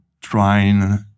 trying